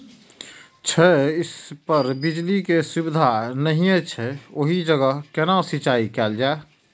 छै इस पर बिजली के सुविधा नहिं छै ओहि जगह केना सिंचाई कायल जाय?